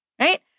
right